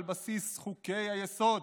על בסיס חוקי-היסוד